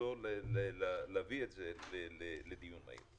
מכבודו להביא את זה לדיון מהיר.